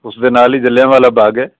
ਉਸ ਦੇ ਨਾਲ ਹੀ ਜਲਿਆਂਵਾਲਾ ਬਾਗ ਹੈ